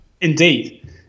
Indeed